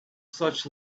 such